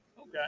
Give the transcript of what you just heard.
Okay